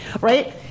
right